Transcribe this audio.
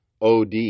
OD